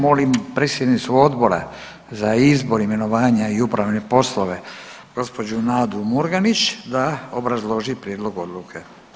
Molim predsjednicu Odbora za izbor, imenovanja i upravne poslove gđu. Nadu Murganić da obrazloži prijedlog odluke.